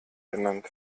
genannt